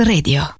Radio